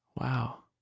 Wow